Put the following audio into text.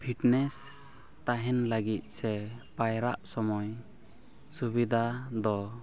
fitness ᱛᱟᱦᱮᱱ ᱞᱟᱹᱜᱤᱫ ᱥᱮ ᱯᱟᱭᱨᱟᱜ ᱥᱚᱢᱚᱭ ᱥᱩᱵᱤᱫᱷᱟ ᱫᱚ